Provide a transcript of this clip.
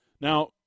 Now